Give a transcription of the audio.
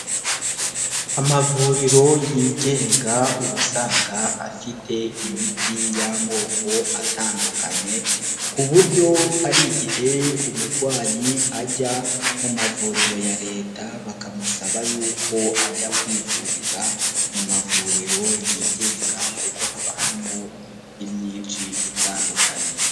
Amavuriro yigenga ubu usanga afite imiti y'amoko atandukanye, ku buryo hari igihe umurwayi ajya mu mavuriro ya leta bakamusaba y'uko ajya kwivuriza mu mavuriro yigenga kuko haba harimo imiti myinshi itandukanye.